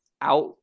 out